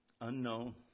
unknown